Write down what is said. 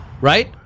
Right